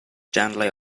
gently